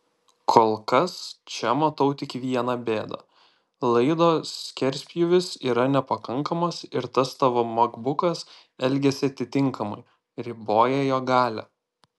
kol kas čia matau tik viena bėdą laido skerspjūvis yra nepakankamas ir tas tavo makbukas elgiasi atitinkamai riboja jo galią